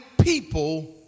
people